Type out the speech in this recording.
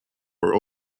were